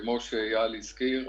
כמו שאייל הזכיר,